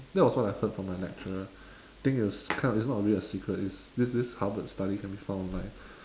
that was what I heard from my lecturer think it's kind of it's not really a secret is this this harvard studies can be found online